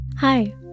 hi